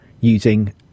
using